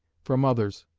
from others.